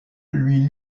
lui